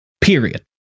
Period